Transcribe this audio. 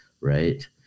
right